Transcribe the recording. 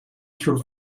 through